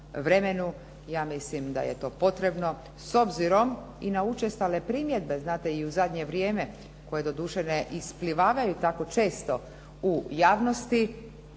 ja mislim da je to potrebno s obzirom i na učestale primjedbe znate i u zadnje vrijeme koje doduše ne isplivavaju tako često u javnosti